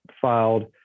filed